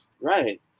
Right